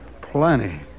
Plenty